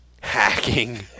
hacking